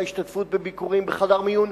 ההשתתפות בביקורים בחדר מיון,